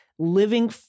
Living